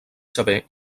sever